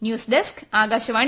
news desk Akashvani